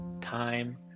Time